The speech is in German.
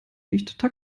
dichter